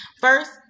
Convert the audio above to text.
First